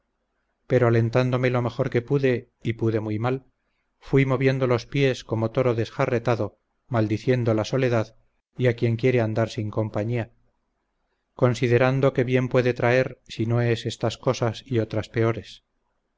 pero alentándome lo mejor que pude y pude muy mal fuí moviendo los pies como toro desjarretado maldiciendo la soledad y a quien quiere andar sin compañía considerando qué bien puede traer si no es estas cosas y otras peores